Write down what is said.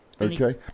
okay